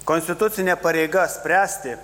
konstitucinė pareiga spręsti